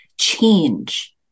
change